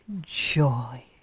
joy